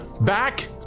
back